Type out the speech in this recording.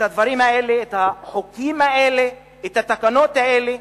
הדברים האלה, החוקים האלה והתקנות האלה